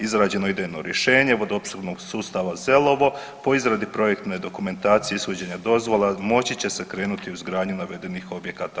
Izrađeno je idejno rješenje vodoopskrbnog sustava Zelovo po izradi projektne dokumentacije, ishođenja dozvola moći će se krenuti u izgradnju navedenih objekata.